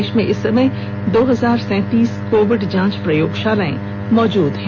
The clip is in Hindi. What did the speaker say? देश में इस समय दो हजार सैंतीस कोविड जांच प्रयोगशालाएं मौजूद हैं